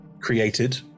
created